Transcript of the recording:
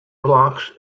blocks